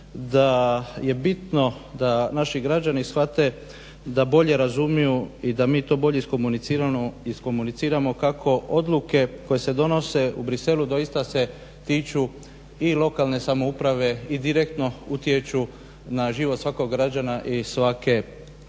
da je bitno da naši građani shvate, da bolje razumiju i da mi to bolje iskomuniciramo kako odluke koje se donose u Bruxellesu doista se tiču i lokalne samouprave i direktno utječu na život svakog građana i svake lokalne